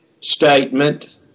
statement